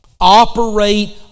operate